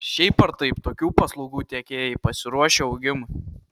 šiaip ar taip tokių paslaugų tiekėjai pasiruošę augimui